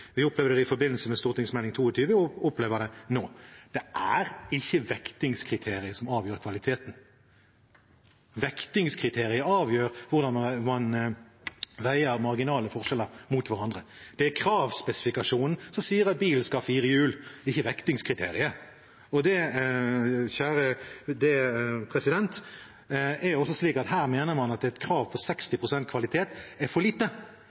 vi opplever det nå. Det er ikke vektingskriteriet som avgjør kvaliteten; vektingskriteriet avgjør hvordan man veier marginale forskjeller mot hverandre. Det er kravspesifikasjonen som sier at bilen skal ha fire hjul, ikke vektingskriteriet. Det er også slik at her mener man at et krav på 60 pst. kvalitet er for lite,